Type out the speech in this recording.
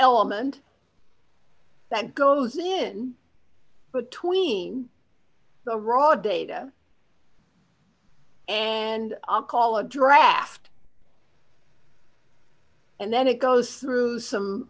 element that goes in for twenty the raw data and i'll call a draft and then it goes through some